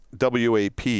WAP